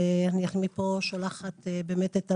ואני מפה שולחת באמת את תנחומיי.